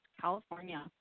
California